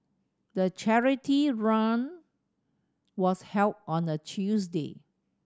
the charity run was held on a Tuesday